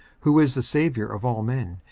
who is the saviour of all men,